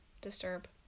disturb